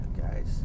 guys